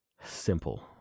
simple